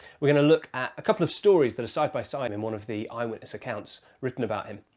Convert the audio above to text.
we're going to look at a couple of stories that are side by side in one of the eyewitness accounts written about him.